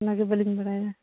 ᱚᱱᱟ ᱜᱮ ᱵᱟᱹᱞᱤᱧ ᱵᱟᱲᱟᱭᱟ